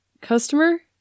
customer